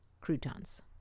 croutons